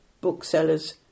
booksellers